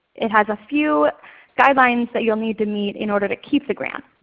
it has a few guidelines that you'll need to meet in order to keep the grant.